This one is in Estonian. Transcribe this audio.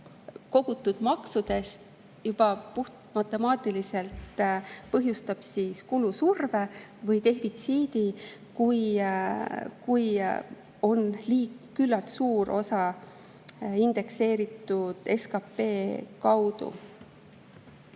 kogutud maksudest, juba puhtmatemaatiliselt põhjustab kulusurve või defitsiidi, kui küllalt suur osa on indekseeritud SKP kaudu.